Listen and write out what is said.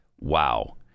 wow